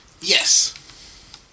Yes